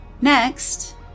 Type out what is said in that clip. Next